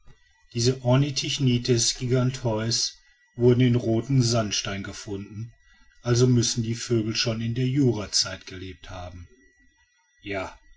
diese ornithichnites giganteus wurden in roten sandstein gefunden also müssen die vögel schon in der jurazeit gelebt haben ja